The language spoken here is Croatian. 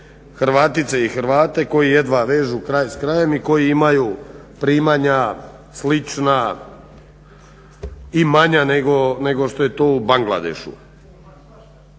Hrvatice i Hrvate koji jedva vežu kraj s krajem i koji imaju primanja slična i manja nego što je to u Bangladešu.